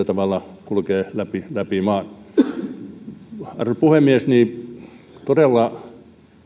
tavalla kulkee läpi läpi maan arvoisa puhemies todella meillä